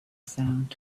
sound